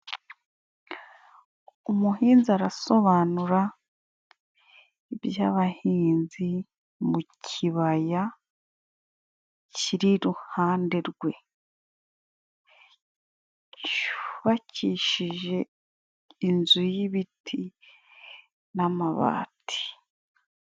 Umuhinzi arasobanura iby'abahinzi mu kibaya kiri iruhande rwe, cubakishije inzu y'ibiti n'amabati.